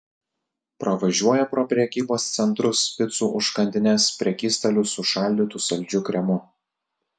pravažiuoja pro prekybos centrus picų užkandines prekystalius su šaldytu saldžiu kremu